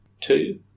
Two